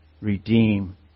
redeem